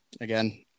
again